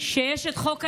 שיש את חוק ההמשכיות,